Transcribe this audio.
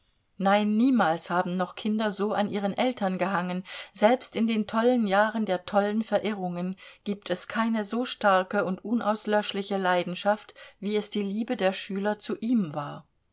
nein niemals haben noch kinder so an ihren eltern gehangen selbst in den tollen jahren der tollen verirrungen gibt es keine so starke und unauslöschliche leidenschaft wie es die liebe der schüler zu ihm war